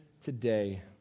today